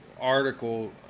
article